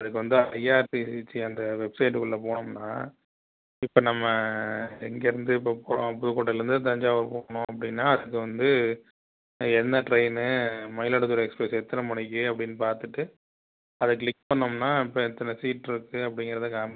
அதற்கு வந்து ஐஆர்சிடிசி அந்த வெப்சைட் குள்ளே போனோம்ன்னா இப்போ நம்ம எங்கேருந்து இப்போ போகிறோம் புதுக்கோட்டையிலந்து தஞ்சாவூர் போனோம் அப்படின்னா அதுக்கு வந்து என்ன ட்ரெய்ன் மயிலாடுதுறை எக்ஸ்ப்ரெஸ் எத்தனை மணிக்கு அப்படினு பார்த்துட்டு அதை கிளிக் பண்ணோம்ன்னா இப்போ எத்தனை சீட்ருக்கு அப்படிங்கறதை காம்